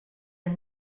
are